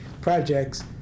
projects